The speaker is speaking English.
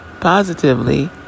positively